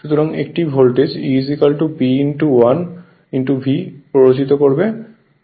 সুতরাং একটি voltage E B l V প্ররোচিত করবে